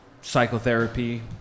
psychotherapy